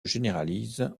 généralise